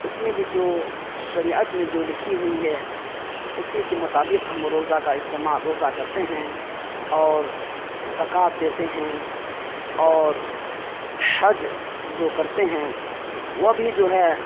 اس میں بھی جو شریعت میں جو لکھی ہوئی ہے اسی کے مطابق ہم روزہ کا استعمال روزہ کرتے ہیں اور زکوۃ دیتے ہیں اور حج جو کرتے ہیں وہ بھی جو ہے